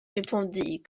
répondit